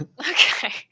okay